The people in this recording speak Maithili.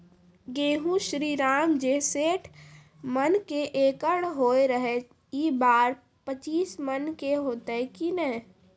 गेहूँ श्रीराम जे सैठ मन के एकरऽ होय रहे ई बार पचीस मन के होते कि नेय?